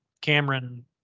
Cameron